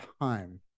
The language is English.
time